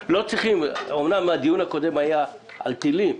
אמנם הדיון הקודם היה על טילים.